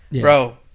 Bro